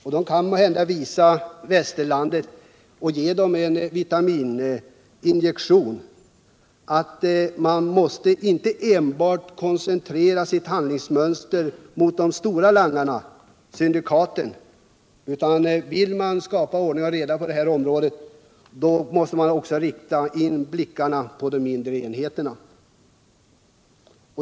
Kina kan måhända ge västerlandet en vitamininjektion och visa att man inte måste koncentrera insatserna på de stora langarna, syndikaten; vill man skapa ordning och reda på detta område måste man också rikta in sig på de mindre enheterna.